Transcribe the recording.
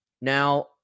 now